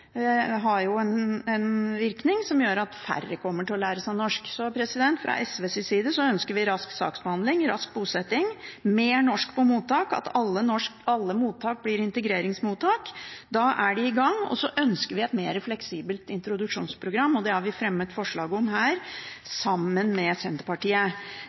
Fra SVs side ønsker vi rask saksbehandling, rask bosetting, mer norsk på mottak og at alle mottak blir integreringsmottak. Da er de i gang. Vi ønsker også et mer fleksibelt introduksjonsprogram, der man kan ta all grunnleggende kvalifisering innenfor introduksjonsprogrammet. Det har vi, sammen med Senterpartiet, fremmet forslag om